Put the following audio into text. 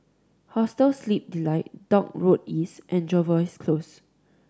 Hostel Sleep Delight Dock Road East and Jervois Close